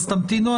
תמתינו,